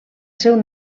seu